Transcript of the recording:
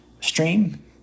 Stream